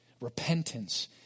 repentance